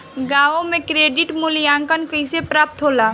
गांवों में क्रेडिट मूल्यांकन कैसे प्राप्त होला?